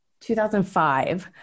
2005